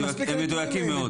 הם מדוייקים מאוד.